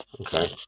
Okay